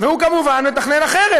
והוא כמובן מתכנן אחרת.